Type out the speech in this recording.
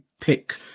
pick